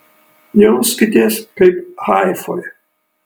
jauskitės kaip haifoj